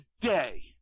today